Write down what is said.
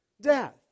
Death